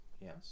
Yes